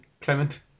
Clement